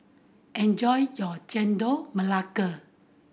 enjoy your Chendol Melaka